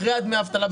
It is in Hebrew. אחרי דמי האבטלה,